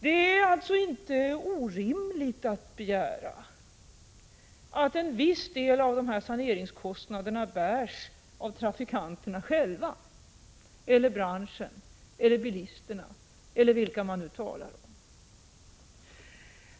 Det är alltså inte orimligt att begära att en viss del av saneringskostnaderna bärs av trafikanterna själva eller branschen eller bilisterna eller vilka vi nu talar om.